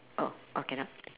oh oh cannot